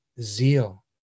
zeal